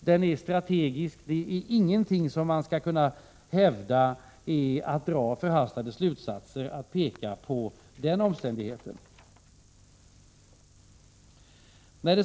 Den är strategisk, och man skall inte kunna hävda att det är att dra förhastade slutsatser att peka på den omständigheten.